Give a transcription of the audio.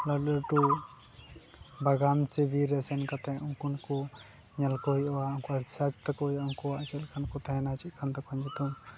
ᱞᱟᱹᱴᱩᱼᱞᱟᱹᱴᱩ ᱵᱟᱜᱟᱱ ᱥᱮ ᱵᱤᱨ ᱨᱮ ᱥᱮᱱ ᱠᱟᱛᱮᱫ ᱩᱱᱠᱩᱠᱚ ᱧᱮᱞ ᱠᱚ ᱦᱩᱭᱩᱜᱼᱟ ᱩᱱᱠᱩᱣᱟᱜ ᱨᱤᱥᱟᱨᱪ ᱛᱟᱠᱚ ᱦᱩᱭᱩᱜᱼᱟ ᱩᱱᱠᱩᱣᱟᱜ ᱪᱮᱫ ᱞᱮᱠᱟᱱ ᱠᱚ ᱛᱟᱦᱮᱱᱟ ᱪᱮᱫ ᱠᱟᱱ ᱛᱟᱠᱚ ᱧᱩᱛᱩᱢ